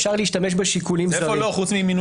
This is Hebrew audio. אפשר להשתמש בשיקולים זרים.